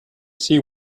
see